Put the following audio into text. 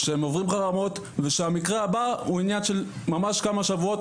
שהם עוברים חרמות ושהמקרה הבא הוא עניין של כמה שבועות,